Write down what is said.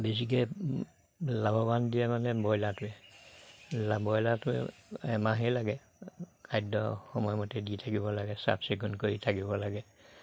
বেছিকে লাভৱান দিয়ে মানে ব্ৰইলাৰটোৱে ব্ৰইলাৰটোৱে এমাহেই লাগে খাদ্য সময়মতে দি থাকিব লাগে চাফ চিকুণ কৰি থাকিব লাগে